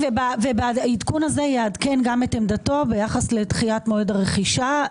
בעדכון הזה יעדכן גם את עמדתו ביחס לדחיית מועד הרכישה,